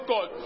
God